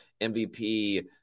MVP